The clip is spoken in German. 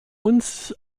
uns